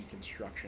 deconstruction